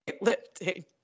lifting